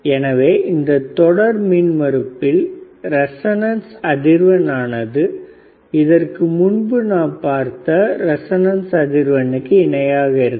எனவே இந்த தொடர் மின்மறுப்பில் ரெசொன்ன்ஸ் அதிர்வெண் ஆனது இதற்கு முன்பு நான் பார்த்த ரெசொன்ன்ஸ் அதிர்வெண்ணுக்கு இணையாக இருக்கும்